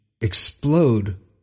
explode